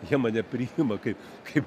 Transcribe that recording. jie mane priima kaip kaip